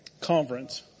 conference